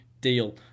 deal